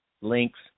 links